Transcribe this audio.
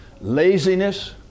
Laziness